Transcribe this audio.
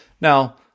Now